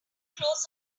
close